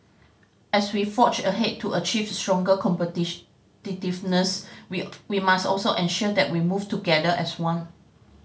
as we forge ahead to achieve stronger we we must also ensure that we move together as one